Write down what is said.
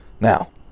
now